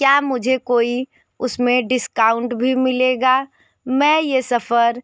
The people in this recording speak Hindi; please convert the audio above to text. क्या मुझे कोई उसमें डिस्काउंट भी मिलेगा मैं ये सफ़र